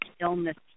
illness